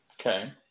Okay